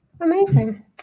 Amazing